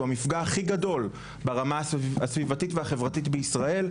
שהוא המפגע הכי גדול ברמה הסביבתית והחברתית בישראל,